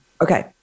Okay